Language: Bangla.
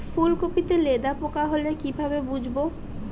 ফুলকপিতে লেদা পোকা হলে কি ভাবে বুঝবো?